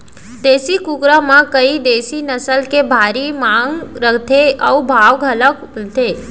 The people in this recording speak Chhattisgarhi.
देसी कुकरा म कइ देसी नसल के भारी मांग रथे अउ भाव घलौ मिलथे